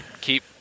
keep